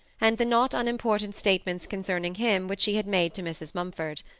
and the not unimportant statements concerning him which she had made to mrs. mumford.